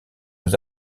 aux